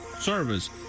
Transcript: service